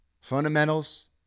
Fundamentals